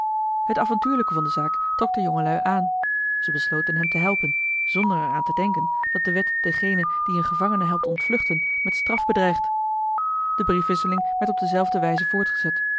het avontuurlijke van de zaak trok de jongelui aan ze besloten hem te helpen zonder er aan te denken dat de wet dengene die een gevangene helpt ontvluchten met straf bedreigt de briefwisseling werd op dezelfde wijze voortgezet